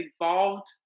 evolved